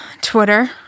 Twitter